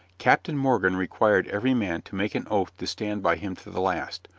captain morgan required every man to make an oath to stand by him to the last,